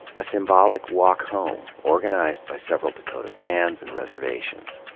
a symbolic wa lk home, organized by several dakota bands and reservations.